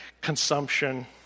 consumption